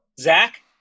Zach